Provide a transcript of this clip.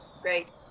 Great